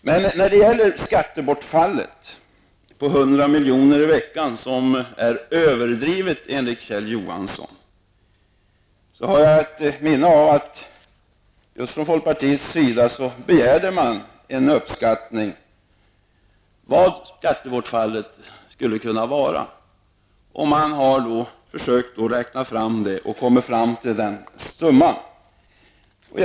Det beräknade skattebortfallet på 100 milj.kr. i veckan är enligt Kjell Johansson överdrivet. Jag har emellertid ett minne av att det var just folkpartiet som begärde att det skulle göras en uppskattning av hur stort skattebortfallet skulle kunna bli, och man har vid beräkningen kommit fram till just denna summa.